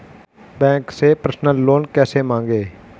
Bank से personal loan कैसे मांगें?